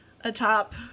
atop